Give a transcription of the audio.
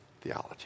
theology